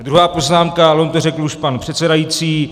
Druhá poznámka on to řekl už pan předsedající.